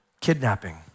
Kidnapping